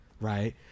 right